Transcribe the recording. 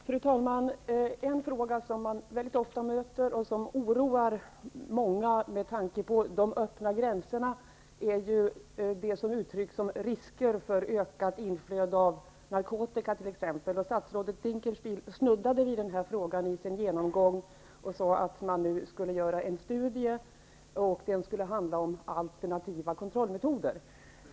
Fru talman! Jag vill ta upp en fråga som man mycket ofta möter och som oroar många med tanke på de öppna gränserna. Detta uttrycks som risker för ökat inflöde av t.ex. narkotika. Statsrådet Dinkelspiel snuddade vid den här frågan i sin genomgång. Han sade att man nu skall genomföra en studie som skall handla om alternativa kontrollmetoder.